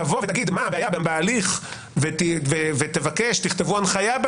תבוא ותגיד מה הבעיה בהליך, ותבקש, תכתוב הנחיה.